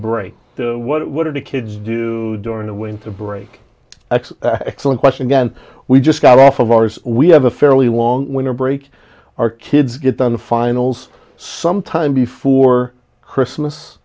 break what are the kids do during the winter break x x one question again we just got off of ours we have a fairly long winter break our kids get done finals sometime before christmas